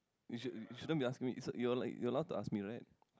you should you shouldn't be asking me so you are like you are allow to ask me right